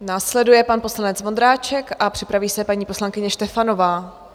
Následuje pan poslanec Vondráček a připraví se paní poslankyně Štefanová.